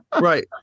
Right